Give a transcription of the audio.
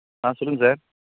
ஆ சொல்லுங்கள் சார்